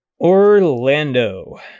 Orlando